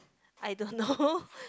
I don't know